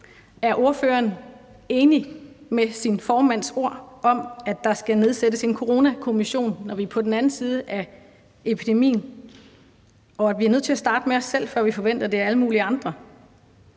Er ordføreren enig i sin formands ord om, at der skal nedsættes en coronakommission, når vi er på den anden side af epidemien, og at vi er nødt til at starte med os selv, før vi forventer det af alle mulige andre?